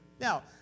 Now